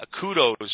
kudos